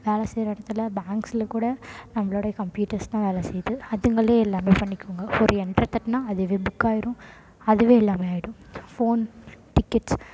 வேலை செய்கிற இடத்துல பேங்க்ல கூட நம்மளோடைய கம்ப்யூட்டர்ஸ் தான் வேலை செய்து அதுங்களே எல்லாமே பண்ணிக்கும்ங்க இப்போ ஒரு என்டர் தட்டினா அதுவே புக் ஆகிடும் அதுவே எல்லாமே ஆகிடும் ஃபோன் டிக்கெட்ஸ்